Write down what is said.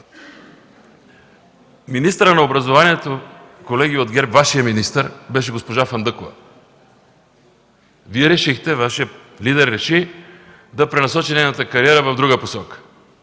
министърът на образованието, колеги от ГЕРБ, Вашият министър беше госпожа Фандъкова. Вие решихте, Вашият лидер реши да пренасочи нейната кариера в друга посока.